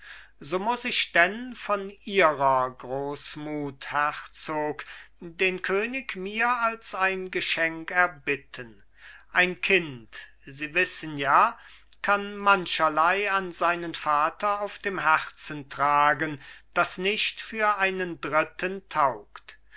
so muß ich denn von ihrer großmut herzog den könig mir als ein geschenk erbitten ein kind sie wissen ja kann mancherlei an seinen vater auf dem herzen tragen das nicht für einen dritten taugt